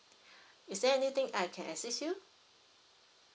is there anything I can assist you